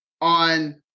on